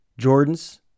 Jordans